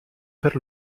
per